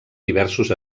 diversos